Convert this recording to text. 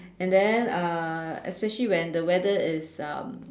and then uh especially when the weather is um